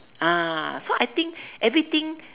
ah so I think everything